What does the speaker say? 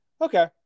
okay